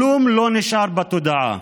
כלום לא נשאר בתודעה,